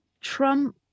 Trump